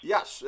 Yes